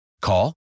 Call